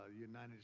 united